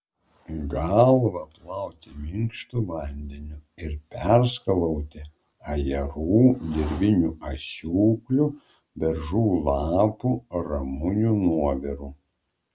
galvą plauti minkštu vandeniu ir perskalauti ajerų dirvinių asiūklių beržų lapų ramunių nuoviru